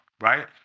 right